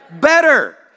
better